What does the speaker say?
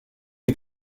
est